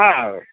हा ह